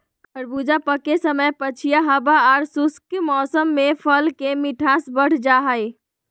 खरबूजा पके समय पछिया हवा आर शुष्क मौसम में फल के मिठास बढ़ जा हई